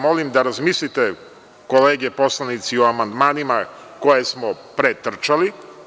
Molim vas da razmislite kolege poslanici o amandmanima koje smo pretrčali.